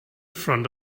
front